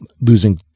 losing